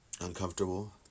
uncomfortable